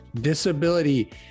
disability